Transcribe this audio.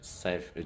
safe